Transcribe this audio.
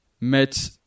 met